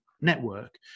network